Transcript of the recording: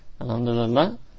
Alhamdulillah